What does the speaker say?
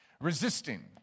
Resisting